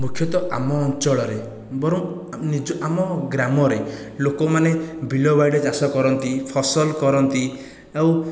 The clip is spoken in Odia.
ମୁଖ୍ୟତଃ ଆମ ଅଞ୍ଚଳରେ ବରଂ ଆମ ଗ୍ରାମରେ ଲୋକମାନେ ବିଲବାଡ଼ିରେ ଚାଷ କରନ୍ତି ଫସଲ କରନ୍ତି ଆଉ